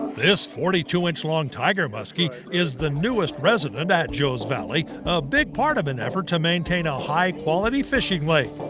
this forty two inch long tiger muskie is the newest residentat joes valley-a big part of an effort to maintain a high quality fishing lake.